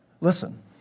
Listen